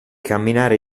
camminare